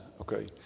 Okay